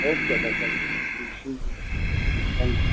okay sir sir thank you